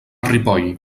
ripoll